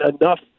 enough